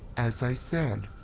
as i said.